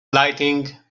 lighting